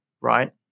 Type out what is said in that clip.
right